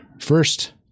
first